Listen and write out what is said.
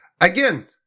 Again